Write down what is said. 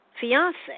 Fiance